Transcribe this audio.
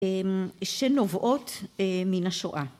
‫שנובעות מן השואה.